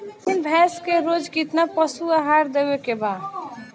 गाभीन भैंस के रोज कितना पशु आहार देवे के बा?